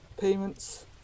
payments